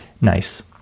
Nice